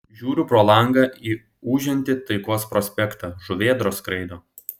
žiūriu pro langą į ūžiantį taikos prospektą žuvėdros skraido